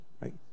right